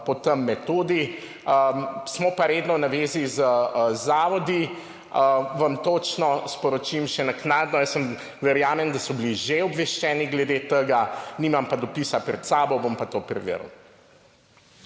po tej metodi. Smo pa redno na zvezi z zavodi in vam točno sporočim še naknadno. Jaz verjamem, da so že bili obveščeni glede tega, nimam pa dopisa pred sabo, bom pa to preveril.